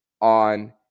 on